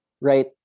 Right